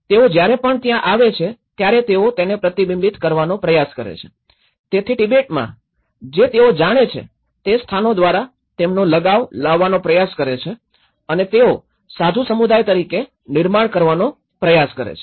તેઓ જયારે પણ ત્યાં આવે છે ત્યારે તેઓ તેને પ્રતિબિંબિત કરવાનો પ્રયાસ કરે છે તેથી તિબેટમાં જે તેઓ જાણે છે તે સ્થાનો દ્વારા તેમનો લગાવ લાવવાનો પ્રયાસ કરે છે અને તેઓ સાધુ સમુદાય તરીકે નિર્માણ કરવાનો પ્રયાસ કરે છે